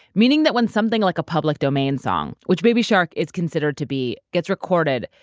meaning that when something like a public domain song, which baby shark is considered to be, gets recorded,